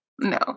no